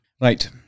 Right